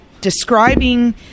describing